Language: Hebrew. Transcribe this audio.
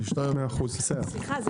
14:30. 100%. בסדר.